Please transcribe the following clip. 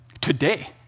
Today